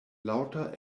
laŭta